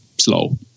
slow